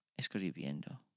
Escribiendo